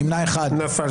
הצבעה לא אושרה נפל.